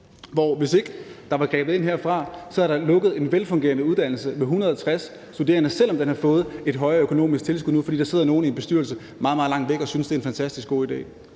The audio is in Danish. der ikke var blevet grebet ind herfra, var lukket en velfungerende uddannelse med 160 studerende, selv om den har fået et højere økonomisk tilskud, fordi der sidder nogen i en bestyrelse meget, meget langt væk og synes, at det er en fantastisk god idé.